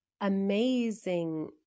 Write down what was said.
amazing